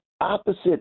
opposite